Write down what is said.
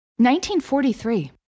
1943